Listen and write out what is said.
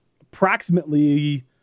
approximately